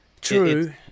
True